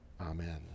amen